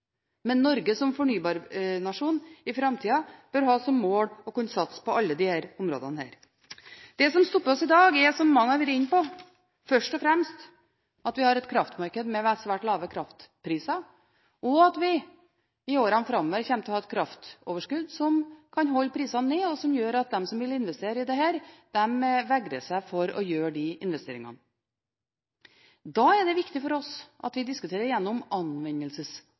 men Norge som fornybarnasjon i framtida, bør ha som mål å kunne satse på alle disse områdene. Det som stopper oss i dag, er, som mange har vært inne på, først og fremst at vi har et kraftmarked med svært lave kraftpriser, og at vi i årene framover kommer til å ha et kraftoverskudd som kan holde prisene nede, og som gjør at de som vil investere i dette, vegrer seg for å gjøre de investeringene. Da er det viktig for oss at vi diskuterer gjennom